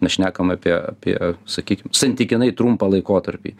mes šnekam apie apie sakykim santykinai trumpą laikotarpį